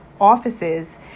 offices